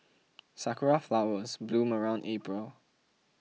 sakura flowers bloom around April